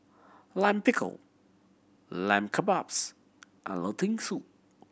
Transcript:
Lime Pickle Lamb Kebabs and Lentil Soup